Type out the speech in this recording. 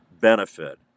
benefit